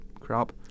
crap